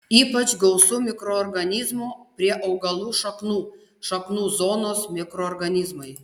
ypač gausu mikroorganizmų prie augalų šaknų šaknų zonos mikroorganizmai